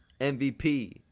MVP